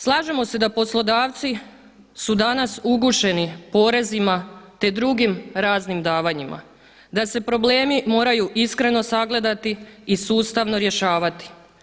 Slažemo se da poslodavci su danas ugušeni porezima te drugim raznim davanjima, da se problemi moraju iskreno sagledati i sustavno rješavati.